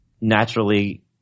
naturally